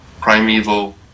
primeval